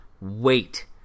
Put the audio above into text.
wait